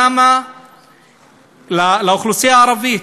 למה לאוכלוסייה הערבית,